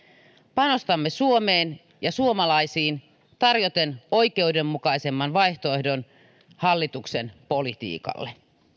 panostamme suomeen ja suomalaisiin tarjoten oikeudenmukaisemman vaihtoehdon hallituksen politiikalle